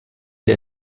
der